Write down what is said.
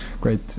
Great